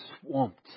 swamped